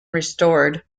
restored